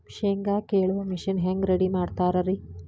ಶೇಂಗಾ ಕೇಳುವ ಮಿಷನ್ ಹೆಂಗ್ ರೆಡಿ ಮಾಡತಾರ ರಿ?